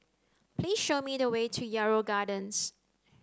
please show me the way to Yarrow Gardens